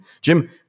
Jim